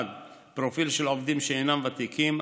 1. פרופיל של עובדים שאינם ותיקים,